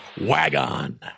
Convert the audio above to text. Wagon